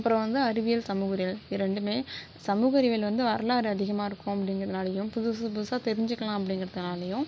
அப்புறம் வந்து அறிவியல் சமூக அறிவியல் இது ரெண்டும் சமூக அறிவியல் வந்து வரலாறு அதிகமாக இருக்கும் அப்டிங்குறதுனாலேயும் புதுசு புதுசாக தெரிஞ்சுக்கலாம் அப்டிங்குறதுனாலேயும்